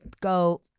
go